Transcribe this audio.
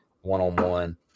one-on-one